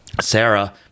Sarah